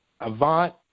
Avant